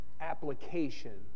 application